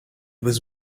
was